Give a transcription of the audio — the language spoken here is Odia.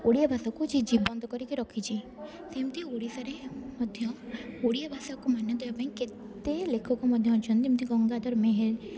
ଓଡ଼ିଆ ଭାଷାକୁ ଯିଏ ଜୀବନ୍ତ କରିକି ରଖିଛି ସେମିତି ଓଡ଼ିଶାରେ ମଧ୍ୟ ଓଡ଼ିଆ ଭାଷାକୁ ମାନ୍ୟ ଦେବା ପାଇଁ କେତେ ଲେଖକ ମଧ୍ୟ ଅଛନ୍ତି ଯେମିତି ଗଙ୍ଗାଧର ମେହେର